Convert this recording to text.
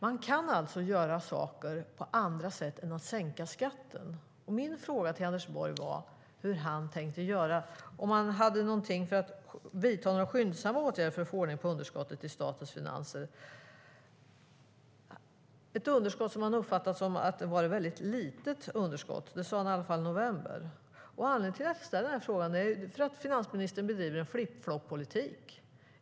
Man kan alltså göra saker på andra sätt än genom att sänka skatten. Min fråga till Anders Borg var hur han tänkte göra och om han ska vidta några skyndsamma åtgärder för att få ordning på underskottet i statens finanser. Man har uppfattat att det har varit ett väldigt litet underskott. Det sade han i alla fall i november. Anledningen till att jag ställde frågan är att finansministern bedriver en flipp-flopp-politik.